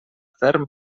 ferm